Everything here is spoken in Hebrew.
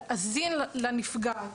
להאזין לנפגעת.